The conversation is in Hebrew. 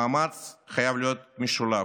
המאמץ חייב להיות משולב: